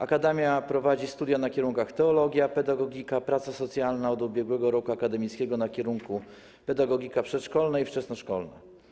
Akademia prowadzi studia na kierunkach: teologia, pedagogika, praca socjalna, a od ubiegłego roku akademickiego na kierunku: pedagogika przedszkolna i wczesnoszkolna.